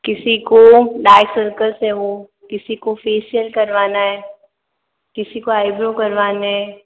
किसी को dark circles है वो किसी को फेशियल करवाना है किसी को आइब्रो करवानें हैं